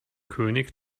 könig